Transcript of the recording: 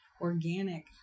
organic